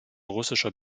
russischer